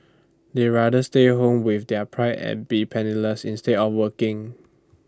they rather stay at home with their pride and be penniless instead of working